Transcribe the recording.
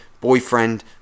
boyfriend